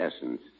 essence